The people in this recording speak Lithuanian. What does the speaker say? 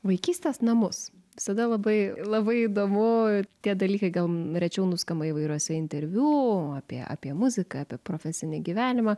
vaikystės namus visada labai labai įdomu tie dalykai gal rečiau nuskamba įvairiuose interviu apie apie muziką apie profesinį gyvenimą